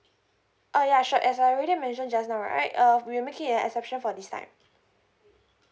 oh ya sure as I already mention just now right uh we'll make it an exception for this time